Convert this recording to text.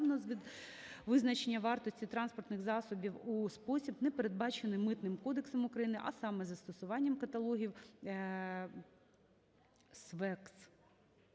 безпідставного визначення вартості транспортних засобів у спосіб, не передбачений Митним кодексом України, а саме із застосуванням каталогів